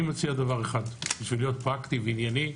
אני מציע דבר אחד, בשביל להיות פרקטי וענייני.